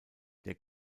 der